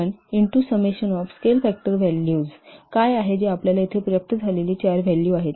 01 into summation of scale factor values काय आहे जे आपल्याला येथे प्राप्त झालेली चार व्हॅल्यू आहेत